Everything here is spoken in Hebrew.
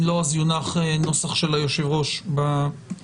אם לא, יונח נוסח של היושב-ראש בצהריים.